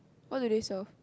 what do they sell